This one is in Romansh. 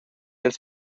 ins